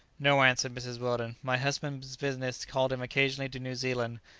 no, answered mrs. weldon my husband's business called him occasionally to new zealand,